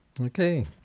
Okay